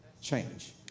change